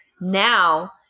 Now